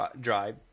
drive